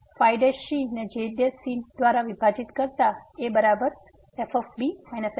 ϕ ને g દ્વારા વિભાજીત કરતા એ બરાબર fb f g g